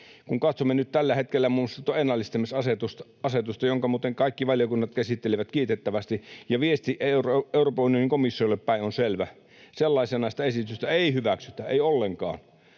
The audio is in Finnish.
kun katsomme nyt tällä hetkellä muun muassa ennallistamisasetusta, jonka muuten kaikki valiokunnat käsittelivät kiitettävästi, niin viesti Euroopan unionin komissiolle päin on selvä: sellaisenaan sitä esitystä ei hyväksytä, ei ollenkaan.